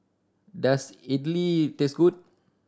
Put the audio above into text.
does Idili taste good